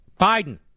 Biden